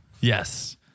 Yes